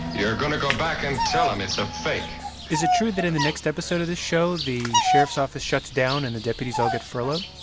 you're going to go back and tell them it's a fake is it true that in the next episode of this show, the sheriff's office shuts down and the deputies all get furloughed?